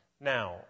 Now